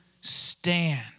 stand